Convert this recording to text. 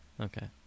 Okay